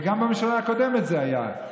וגם בממשלה הקודמת זה היה.